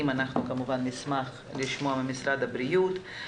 ואנחנו כמובן נשמח לשמוע ממשרד הבריאות.